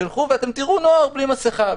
תראו נוער בלי מסכה,